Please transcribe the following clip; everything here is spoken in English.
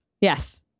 Yes